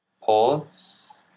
Pause